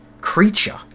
creature